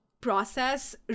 process